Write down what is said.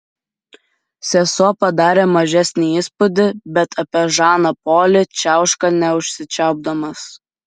sesuo padarė mažesnį įspūdį bet apie žaną polį čiauška neužsičiaupdamas